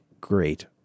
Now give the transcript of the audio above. great